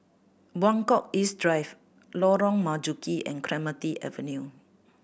Buangkok East Drive Lorong Marzuki and Clementi Avenue